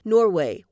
Norway